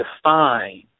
define